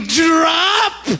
drop